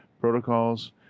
protocols